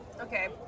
Okay